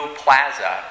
plaza